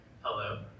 Hello